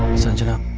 sanjana!